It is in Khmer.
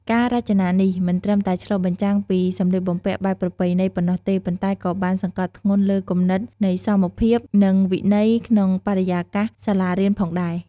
ការរចនានេះមិនត្រឹមតែឆ្លុះបញ្ចាំងពីសម្លៀកបំពាក់បែបប្រពៃណីប៉ុណ្ណោះទេ ប៉ុន្តែក៏បានសង្កត់ធ្ងន់លើគំនិតនៃសមភាព និងវិន័យក្នុងបរិយាកាសសាលារៀនផងដែរ។